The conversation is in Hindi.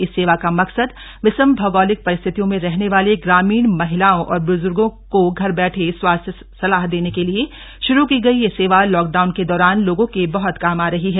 इस सेवा का मकसद विषम औगोलिक परिस्थितियों में रहने वाली ग्रामीण महिलाओं और ब्जर्गों को घर बैठे स्वास्थय सलाह देने के लिए शुरू की गई यह सेवा लॉकडाउन के दौरान लोगों के बहत काम आ रही है